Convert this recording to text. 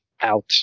out